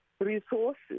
resources